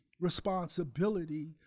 responsibility